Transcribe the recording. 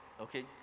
Okay